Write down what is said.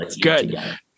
good